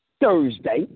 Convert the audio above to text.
Thursday